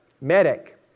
medic